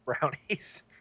brownies